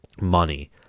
money